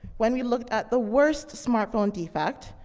when we looked at the worst smartphone defect,